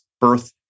birth